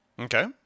Okay